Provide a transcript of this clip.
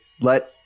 let